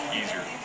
easier